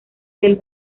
del